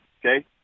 okay